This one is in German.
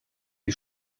die